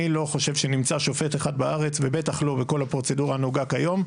אני לא חושב שנמצא שופט אחד בארץ ובטח לא בכל הפרוצדורה הנהוגה כיום,